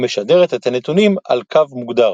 ומשדרת את הנתונים על קו מוגדר.